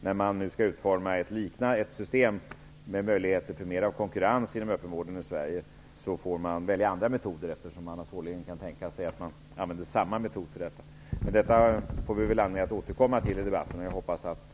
När det nu skall utformas ett liknande system med möjlighet till mer av konkurrens inom öppenvården i Sverige, får man välja andra metoder, eftersom man svårligen kan tänka sig att tillämpa samma metod som för husläkarsystemet. Vi får anledning att återkomma till denna fråga i debatten.